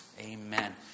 amen